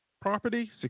Property